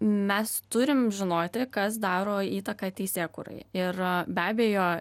mes turim žinoti kas daro įtaką teisėkūrai ir be abejo